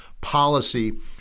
policy